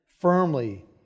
firmly